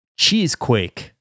Cheesequake